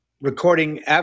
recording